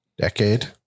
Decade